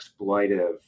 exploitive